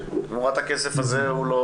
תמורת הכסף הזה הוא לא